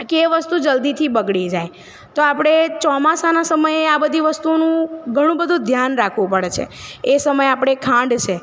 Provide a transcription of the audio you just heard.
કે એ વસ્તુ જલ્દીથી બગડી જાય તો આપણે ચોમાસાના સમએ આ બધી વસ્તુનું ઘણું બધું ધ્યાન રાખવું પડે છે એ સમયે આપણે ખાંડ છે